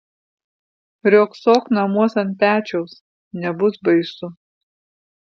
riogsok namuos ant pečiaus nebus baisu